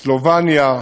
סלובניה,